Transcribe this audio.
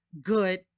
good